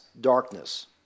darkness